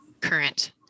current